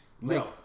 No